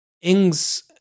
Ings